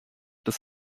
des